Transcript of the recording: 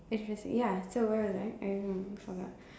exactly ya so where was I I don't know I almost forgot